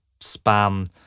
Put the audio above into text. spam